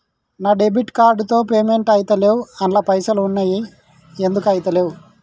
నా debit card తో payment ఐతలేవ్ అండ్ల పైసల్ ఉన్నయి ఎందుకు ఐతలేవ్?